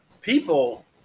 people